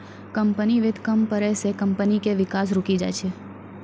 company वित्त कम पड़ै से कम्पनी के विकास रुकी जाय छै